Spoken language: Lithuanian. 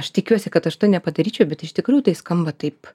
aš tikiuosi kad aš to nepadaryčiau bet iš tikrųjų tai skamba taip